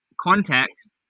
context